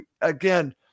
Again